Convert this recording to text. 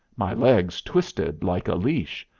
my legs twisted like a leash.